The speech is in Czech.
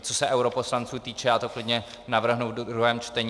Co se europoslanců týče, já to klidně navrhnu ve druhém čtení.